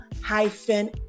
hyphen